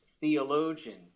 theologian